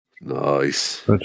Nice